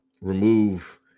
remove